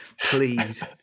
Please